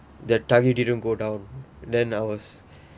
the target didn't go down then I was